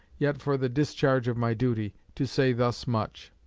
yet for the discharge of my duty, to say thus much.